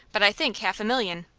but i think half a million.